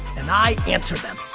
and i answer them.